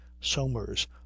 Somers